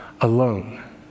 alone